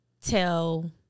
tell